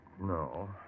No